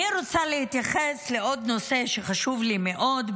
אני רוצה להתייחס לעוד נושא שחשוב לי מאוד,